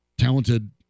talented